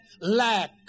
lack